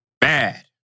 bad